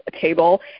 table